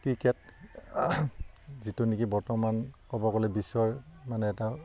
cricket যিটো নেকি বৰ্তমান ক'ব গ'লে বিশ্বৰ মানে এটা